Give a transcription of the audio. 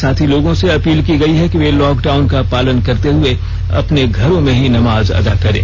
साथ ही लोगों से अपील की गयी है कि वे लॉकडाउन का पालन करते हुए अपने घरों में ही नमाज अदा करें